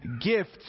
gifts